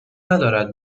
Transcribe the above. ندارد